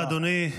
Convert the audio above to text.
תודה לאדוני.